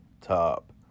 top